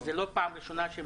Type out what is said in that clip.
זו לא פעם ראשונה.